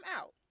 out